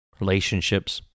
relationships